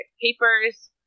papers